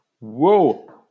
Whoa